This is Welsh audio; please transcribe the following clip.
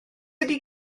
ydy